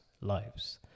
lives